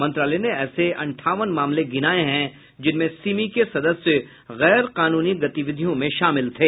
मंत्रालय ने ऐसे अंठावन मामले गिनाए हैं जिनमें सिमी के सदस्य गैर कानूनी गतिविधियों में शामिल थे